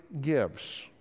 gives